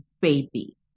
baby